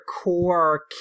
core